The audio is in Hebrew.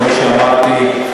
כמו שאמרתי,